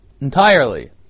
entirely